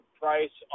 price